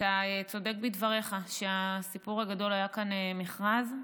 אתה צודק בדבריך שהסיפור הגדול היה כאן מכרז,